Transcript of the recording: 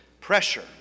pressure